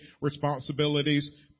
responsibilities